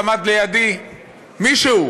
עמד לידי מישהו.